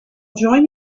join